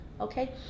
Okay